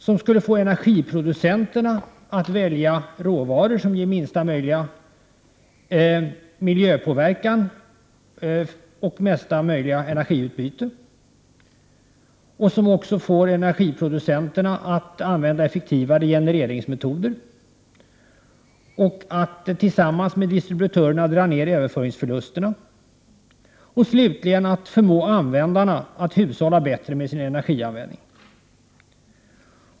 Det skulle få energiproducenterna att välja råvaror som ger minsta möjliga miljöpåverkan och mesta möjliga energiutbyte, det skulle få energiproducenterna att använda effektivare genereringsmetoder, det 5 skulle få energiproducenterna att tillsammans med distributörerna dra ned överföringsförlusterna, och slutligen skulle det förmå användarna att hushålla bättre med sin energi.